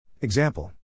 Example